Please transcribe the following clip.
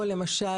או למשל,